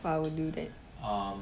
!wah! I will do that